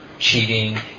cheating